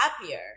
happier